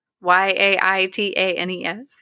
Y-A-I-T-A-N-E-S